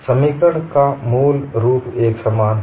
समीकरण का मूल रूप एकसमान है